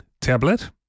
tablet